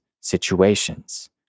situations